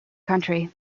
country